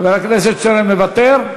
חבר הכנסת שטרן מוותר?